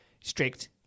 strict